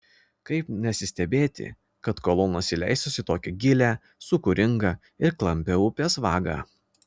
kaip nesistebėti kad kolonos įleistos į tokią gilią sūkuringą ir klampią upės vagą